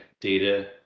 data